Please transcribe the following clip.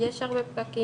יש הרבה פקקים,